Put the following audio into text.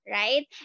right